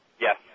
Yes